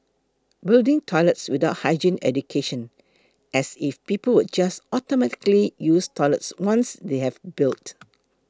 building toilets without hygiene education as if people would just automatically use toilets once they have built